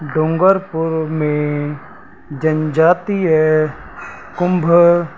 डूंगरपुर में जनजातिअ कुंभ